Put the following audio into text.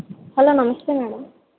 hello నమస్తే madam